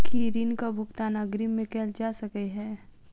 की ऋण कऽ भुगतान अग्रिम मे कैल जा सकै हय?